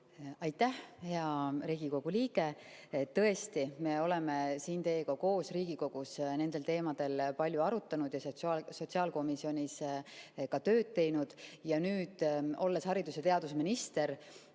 Aitäh, hea Riigikogu liige! Tõesti, me oleme teiega koos Riigikogus nendel teemadel palju arutanud ja ka sotsiaalkomisjonis tööd teinud. Nüüd, olles haridus- ja teadusminister,